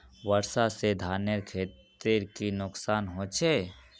वर्षा से धानेर खेतीर की नुकसान होचे?